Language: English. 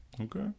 Okay